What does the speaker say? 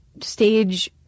stage